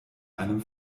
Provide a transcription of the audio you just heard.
einem